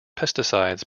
pesticides